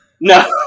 no